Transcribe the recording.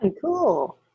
cool